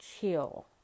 chill